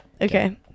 Okay